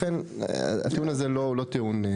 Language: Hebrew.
לכן, הטיעון הזה הוא לא טיעון.